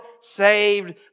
saved